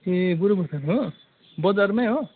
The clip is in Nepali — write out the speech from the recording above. ए गोरुबथान हो बजारमै हो